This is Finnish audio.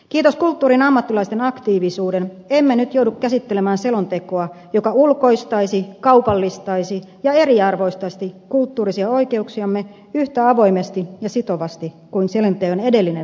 kiitos kulttuurin ammattilaisten aktiivisuuden emme nyt joudu käsittelemään selontekoa joka ulkoistaisi kaupallistaisi ja eriarvoistaisi kulttuurisia oikeuksiamme yhtä avoimesti ja sitovasti kuin selonteon edellinen versio teki